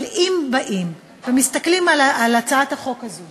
אבל אם באים ומסתכלים על הצעת החוק הזו